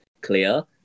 clear